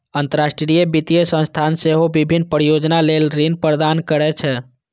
अंतरराष्ट्रीय वित्तीय संस्थान सेहो विभिन्न परियोजना लेल ऋण प्रदान करै छै